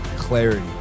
clarity